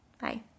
Bye